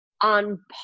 on